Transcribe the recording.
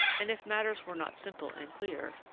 and if matters were not simple and clear,